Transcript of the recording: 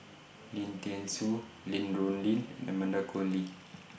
Lim Thean Soo Lin Rulin and Amanda Koe Lee